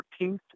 14th